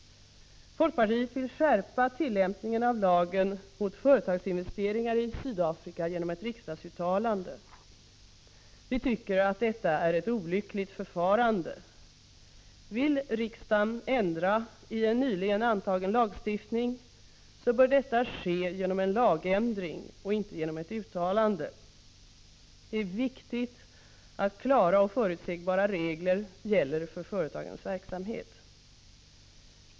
Folkpartiet vill skärpa tillämpningen av lagen mot företagsinvesteringar i Sydafrika genom ett riksdagsuttalande. Vi tycker att detta är ett olyckligt förfarande. Vill riksdagen ändra i en nyligen antagen lagstiftning, så bör detta ske genom en lagändring och inte genom ett uttalande. Det är viktigt att klara och förutsägbara regler gäller för företagens verksamhet.